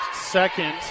second